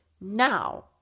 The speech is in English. Now